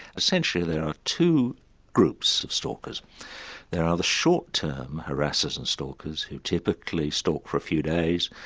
essentially there are two groups of stalkers there are the short-term harassers and stalkers who typically stalk for a few days,